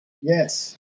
Yes